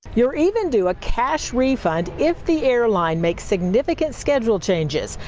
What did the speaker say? you're even do a cash refund if the airline make significant schedule changes.